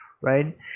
right